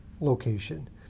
location